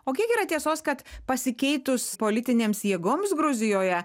o kiek yra tiesos kad pasikeitus politinėms jėgoms gruzijoje